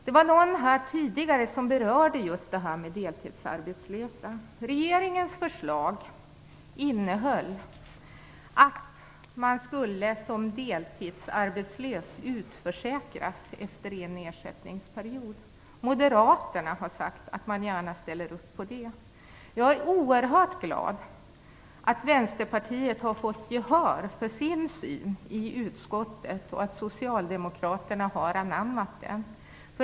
Det var någon här som tidigare berörde frågan om deltidsarbetslösa. Regeringens förslag innebar att en deltidsarbetslös skulle utförsäkras efter en ersättningsperiod. Moderaterna har sagt att de ställer upp på det förslaget. Jag är oerhört glad för att Vänsterpartiet har fått gehör för sin uppfattning i utskottet och att Socialdemokraterna har anammat den.